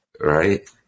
right